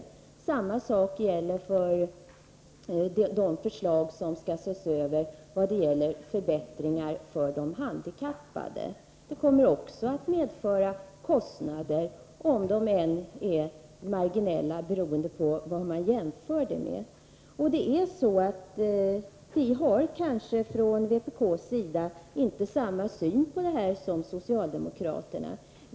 Detsamma gäller för de förslag som skall ses över beträffande förbättringar för handikappade. De förslagen kommer också att medföra kostnader, även om de kan bli marginella, beroende på vad man jämför med. Från vpk:s sida har vi kanske inte samma syn på detta som socialdemokraterna.